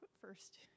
first